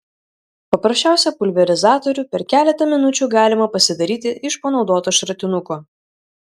paprasčiausią pulverizatorių per keletą minučių galima pasidaryti iš panaudoto šratinuko